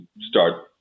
start